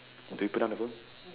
do we put down the phone